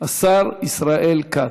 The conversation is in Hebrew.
השר ישראל כץ.